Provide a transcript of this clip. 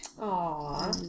Aw